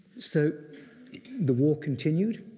so the war continued,